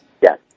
Yes